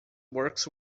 works